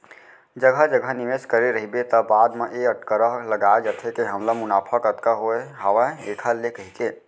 जघा जघा निवेस करे रहिबे त बाद म ए अटकरा लगाय जाथे के हमला मुनाफा कतका होवत हावय ऐखर ले कहिके